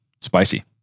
spicy